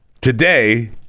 today